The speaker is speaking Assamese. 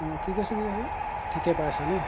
অঁ কি কৈছে কি কৈছে ঠিকে পাইছে ন